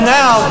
now